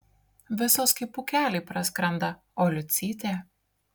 visos kaip pūkeliai praskrenda o liucytė